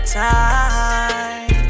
time